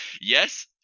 yes